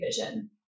vision